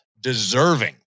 deserving